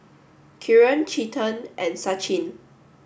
Kiran Chetan and Sachin